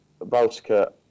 Baltica